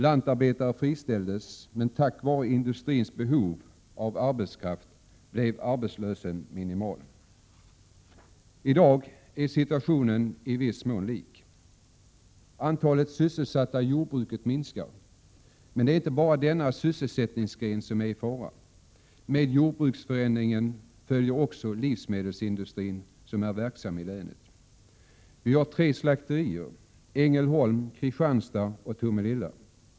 Lantarbetare friställdes, men tack vare industrins behov av arbetskraft blev arbetslösheten minimal. I dag är situationen i viss mån likartad. Antalet sysselsatta i jordbruket minskar. Men det är inte bara denna sysselsättningsgren som är i fara. Med jordbruksförändringen följer också livsmedelsindustrin, som är verksam i länet. Här finns tre slakterier, i Ängelholm, Kristianstad och Tomelilla.